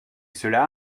cela